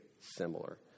similar